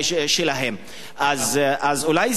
אז אולי זה מודל.